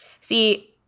See